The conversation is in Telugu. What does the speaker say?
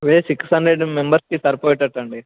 అవి సిక్స్ హండ్రెడ్ మెంబర్స్కి సరిపోయేటట్టు అండి